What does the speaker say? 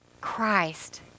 Christ